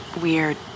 weird